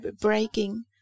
breaking